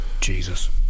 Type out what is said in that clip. Jesus